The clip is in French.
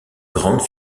grande